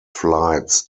flights